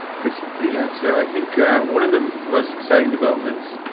christian, please. yeah. so i think one of the most exciting developments